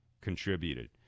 contributed